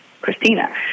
Christina